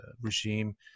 regime